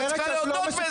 את צריכה להודות בכך.